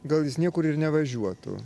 gal jis niekur ir nevažiuotų